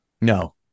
No